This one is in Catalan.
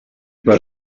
per